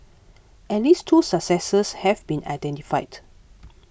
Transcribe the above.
at least two successors have been identified